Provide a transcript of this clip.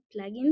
plugins